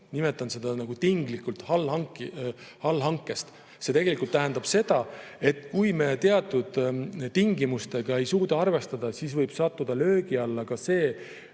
nimetan seda tinglikult nii – allhankest. See tähendab seda, et kui me teatud tingimustega ei suuda arvestada, siis võib sattuda löögi alla ka